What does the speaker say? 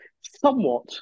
Somewhat